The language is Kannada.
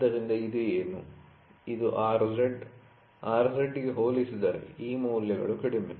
ಆದ್ದರಿಂದ ಇದು ಏನು ಇದು Rz Rz ಗೆ ಹೋಲಿಸಿದರೆ ಈ ಮೌಲ್ಯಗಳು ಕಡಿಮೆ